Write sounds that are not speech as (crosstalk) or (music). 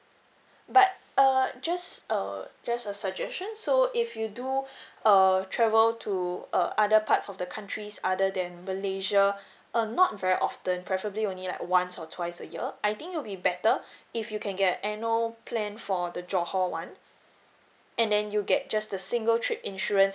but uh just uh just a suggestion so if you do (breath) err travel to uh other parts of the countries other than malaysia (breath) uh not very often preferably only like once or twice a year I think it'll be better if you can get annual plan for the johor one and then you get just the single trip insurance